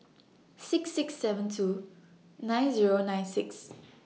six six seven two nine Zero nine six